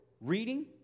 reading